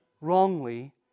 wrongly